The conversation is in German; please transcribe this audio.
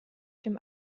dem